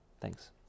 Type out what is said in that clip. Thanks